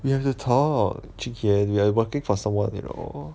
we have to talk chee ken we are working for someone you know